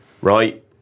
right